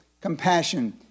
compassion